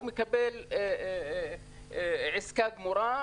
הוא מקבל עסקה גמורה,